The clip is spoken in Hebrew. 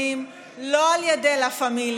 בבקשה, לרשותך שלוש דקות.